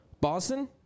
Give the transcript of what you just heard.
Boston